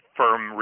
firm